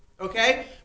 Okay